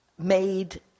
made